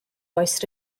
oes